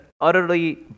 utterly